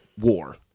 war